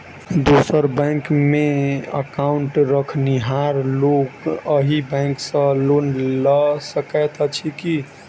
दोसर बैंकमे एकाउन्ट रखनिहार लोक अहि बैंक सँ लोन लऽ सकैत अछि की?